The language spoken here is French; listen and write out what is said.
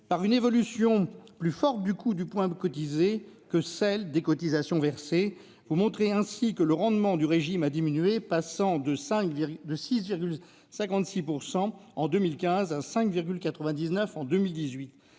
par une évolution plus forte du coût du point cotisé que celle des cotisations versées. Vous montrez ainsi que le rendement du régime a diminué, passant de 6,56 % en 2015 à 5,99 % en 2018.